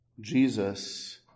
Jesus